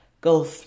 go